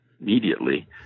immediately